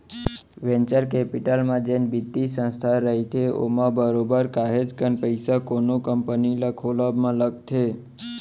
venture capital म जेन बित्तीय संस्था रहिथे ओमा बरोबर काहेच कन पइसा कोनो कंपनी ल खोलब म लगथे